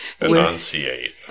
Enunciate